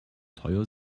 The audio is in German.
teuer